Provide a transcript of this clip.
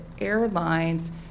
airlines